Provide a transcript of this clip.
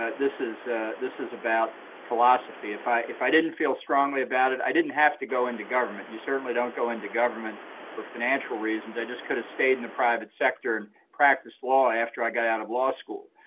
ah this is this is about philosophy. if i if i didn't feel strongly about it i didn't have to go into government. you certainly don't go into government for financial reasons. i just could have stayed in the private sector and practiced law after i got out of law school.